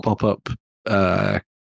pop-up